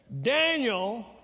Daniel